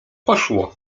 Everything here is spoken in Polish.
poszło